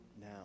now